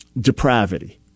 depravity